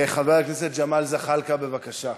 חבר הכנסת ג'מאל זחאלקה, בבקשה.